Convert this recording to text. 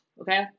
okay